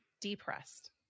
depressed